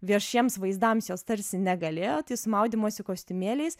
viešiems vaizdams jos tarsi negalėjo tai su maudymosi kostiumėliais